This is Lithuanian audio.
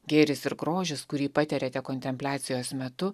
gėris ir grožis kurį patiriate kontempliacijos metu